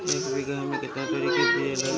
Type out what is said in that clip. एक बिगहा में केतना तोरी के बिया लागेला?